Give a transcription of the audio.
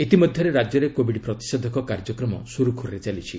ଇତିମଧ୍ୟରେ ରାଜ୍ୟରେ କୋବିଡ ପ୍ରତିଷେଧକ କାର୍ଯ୍ୟକ୍ରମ ସୁରୁଖୁରୁରେ ଚାଲିଛି